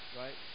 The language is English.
right